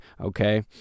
okay